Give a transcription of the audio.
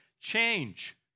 change